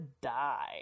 die